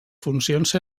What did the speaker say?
funcions